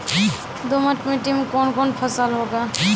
दोमट मिट्टी मे कौन कौन फसल होगा?